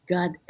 God